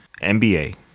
NBA